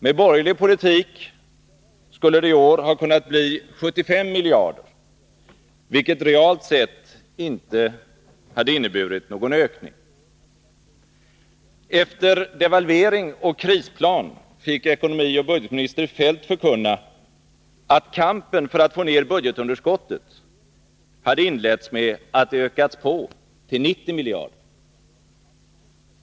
Med borgerlig politik skulle det i år ha kunnat bli 75 miljarder, vilket realt sett inte hade inneburit någon ökning. Efter devalvering och krisplan fick ekonomioch budgetminister Feldt förkunna att kampen för att få ned budgetunderskottet hade inletts med att det ökats på till 90 miljarder.